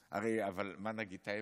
הרי, אבל מה, נגיד את האמת,